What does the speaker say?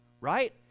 right